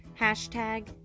Hashtag